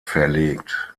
verlegt